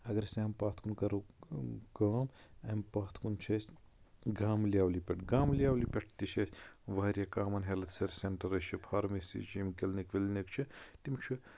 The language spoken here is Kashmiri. اَگر أسۍ اَمہِ پَتھ کُن کرو کام اَمہِ پَتھ کُن چھُ أسۍ گامہٕ لیولہِ پٮ۪ٹھ گامہٕ لیولہِ پٮ۪ٹھ تہِ چھِ یتہِ واریاہ کامَن ہیلتھ سینٛٹٲرٕس چھِ فارمیسیز چھِ یِم کلنک وِلنِک چھِ تِم چھِ